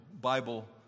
Bible